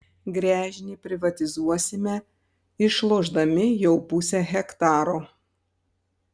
gręžinį privatizuosime išlošdami jau pusę hektaro